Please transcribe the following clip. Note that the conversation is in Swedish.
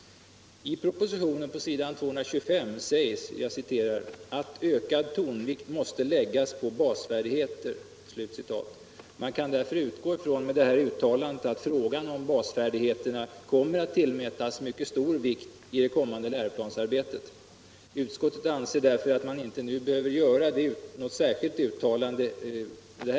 I propositionen på s. 225 sägs ”att ökad tonvikt måste läggas på basfärdigheter”. Man kan därför utgå från att frågan om basfärdigheter kom mer att tillmätas stor vikt i det kommande läroplansarbetet och utskottet Nr 134 anser att det inte behöver göras något särskilt uttalande nu.